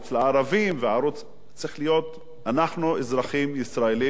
אנחנו אזרחים ישראלים במדינת ישראל,